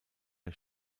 der